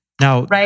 Now